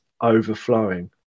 overflowing